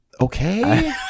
okay